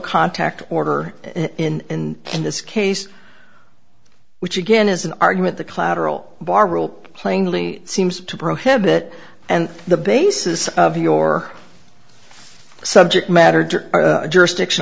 contact order in in this case which again is an argument the collateral bar roleplaying really seems to prohibit and the basis of your subject matter jurisdiction